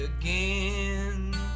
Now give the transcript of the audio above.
again